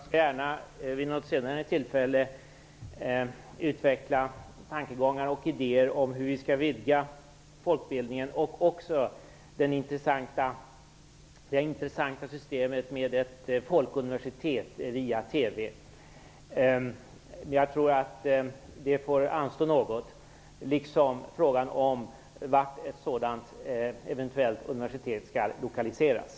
Herr talman! Jag skall gärna vid ett senare tillfälle utveckla tankegångar och idéer om hur vi skall vidga folkbildningen och också kring det intressanta systemet med ett folkuniversitet via TV. Jag tror emellertid att det får anstå något, liksom frågan om vart ett sådant universitet eventuellt skulle lokaliseras.